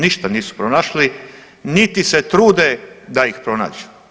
Ništa nisu pronašli, niti se trude da ih pronađu.